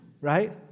right